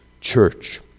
church